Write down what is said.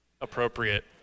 appropriate